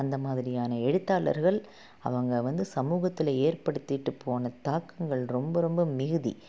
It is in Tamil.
அந்த மாதிரியான எழுத்தாளர்கள் அவங்க வந்து சமூகத்தில் ஏற்படுத்திவிட்டு போன தாக்கங்கள் ரொம்ப ரொம்ப மிகுதி